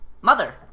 Mother